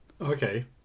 okay